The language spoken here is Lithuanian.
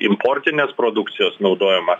importinės produkcijos naudojimą